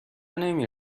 نمی